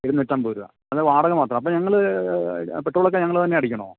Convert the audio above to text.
ഇരുനൂറ്റി അൻപത് രൂപ അത് വാടക മാത്രം അപ്പം ഞങ്ങൾ പെട്രോളൊക്കെ ഞങ്ങൾ തന്നെ അടിക്കണമോ